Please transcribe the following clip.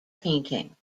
painting